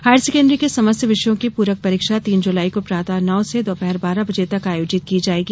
higher secondary के समस्त विषयों की पूरक परीक्षा तीन जुलाई को प्रातः नौ से दोपहर बारह बजे तक आयोजित की जायेंगी